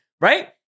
right